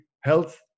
health